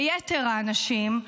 ליתר האנשים,